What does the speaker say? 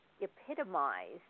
epitomized